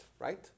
right